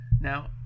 now